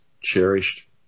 cherished